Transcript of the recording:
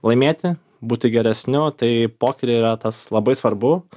laimėti būti geresniu tai pokeryje yra tas labai svarbu